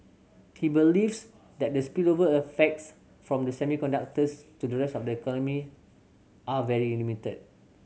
he believes that the spillover effects from semiconductors to the rest of the economy are very limited